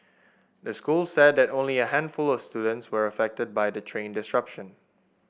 the school said that only a handful or students were affected by the train disruption